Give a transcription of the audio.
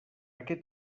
aquest